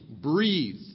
breathe